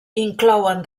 inclouen